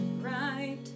right